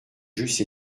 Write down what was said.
j’eusse